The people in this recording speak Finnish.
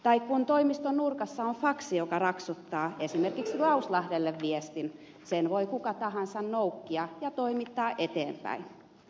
tai kun toimiston nurkassa on faksi joka raksuttaa esimerkiksi lauslahdelle viestin sen voi kuka tahansa noukkia ja toimittaa eteenpäin